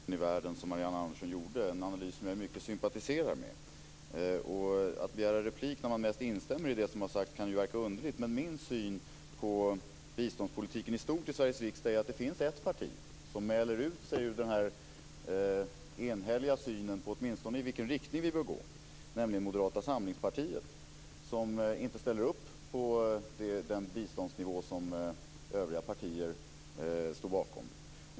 Fru talman! Det var en mycket bra analys av fattigdomen i världen som Marianne Andersson gjorde. Jag sympatiserar med den i mycket. Det kan verka underligt att begära replik när man mest instämmer i det som har sagts. Min syn på biståndspolitiken i stort i Sveriges riksdag är att det finns ett parti som mäler ut sig ur den enhälliga synen på vilken riktning vi bör gå i, nämligen Moderata samlingspartiet. Moderata samlingspartiet ställer inte upp på den biståndsnivå som övriga partier står bakom.